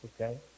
Okay